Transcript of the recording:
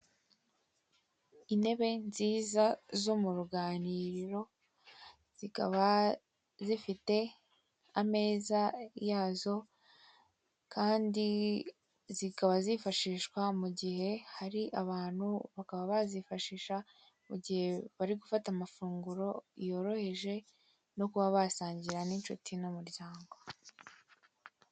Intebe nziza zo mu ruganiriro zikaba zifite ameza yazo kandi zikaba zifashishwa mu gihe hari abantu bakaba bazifashisha mu gihe bari gufata amafunguro yoroheje no kuba basangira n'inshuti n'umuryango.